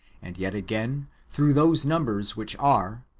and yet again through those numbers which are,